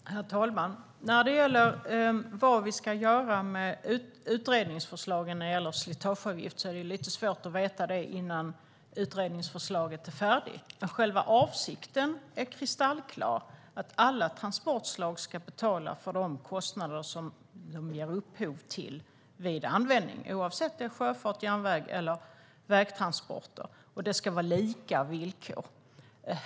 Herr talman! När det gäller vad vi ska göra med utredningsförslaget om slitageavgift är det lite svårt att veta det innan utredningsförslaget är färdigt. Själva avsikten är kristallklar. Alla transportslag ska betala för de kostnader som de ger upphov till vid användning, oavsett om det är sjöfart, järnväg eller vägtransporter. Det ska vara lika villkor.